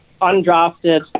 undrafted